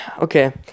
Okay